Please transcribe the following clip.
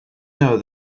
know